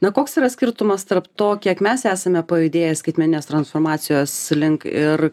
na koks yra skirtumas tarp to kiek mes esame pajudėję skaitmeninės transformacijos link ir